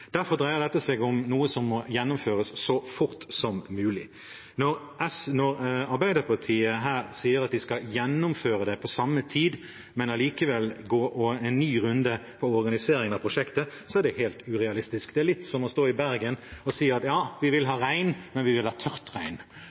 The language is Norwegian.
Derfor dreier dette seg om noe som må gjennomføres så fort som mulig. Når Arbeiderpartiet her sier at de skal gjennomføre det på samme tid, men allikevel gå en ny runde for organiseringen av prosjektet, er det helt urealistisk. Det er litt som å stå i Bergen og si at ja, vi vil ha regn, men vi vil ha tørt